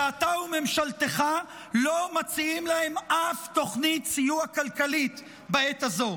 שאתה וממשלתך לא מציעים להם אף תוכנית סיוע כלכלי בעת הזו,